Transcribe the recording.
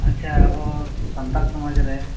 ᱟᱪᱪᱷᱟ ᱟᱵᱚ ᱥᱟᱱᱛᱟᱲ ᱥᱚᱢᱟᱡᱽ ᱨᱮ